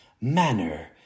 manner